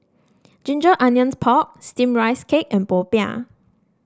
Ginger Onions Pork steam Rice Cake and popiah